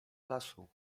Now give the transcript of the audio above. lasu